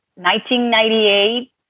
1998